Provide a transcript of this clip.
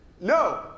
no